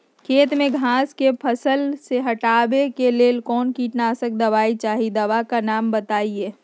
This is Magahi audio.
खेत में घास के फसल से हटावे के लेल कौन किटनाशक दवाई चाहि दवा का नाम बताआई?